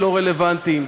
לא רלוונטיים.